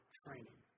training